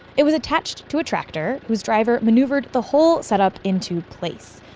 it was attached to a tractor, whose driver maneuvered the whole setup into place.